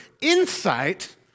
insight